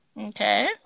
Okay